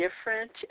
different